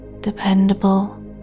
dependable